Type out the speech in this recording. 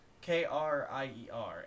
K-R-I-E-R